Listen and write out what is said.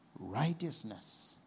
righteousness